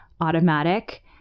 automatic